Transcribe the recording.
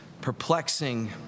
perplexing